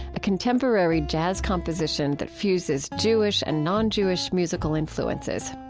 a contemporary jazz composition that fuses jewish and non-jewish musical influences.